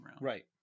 right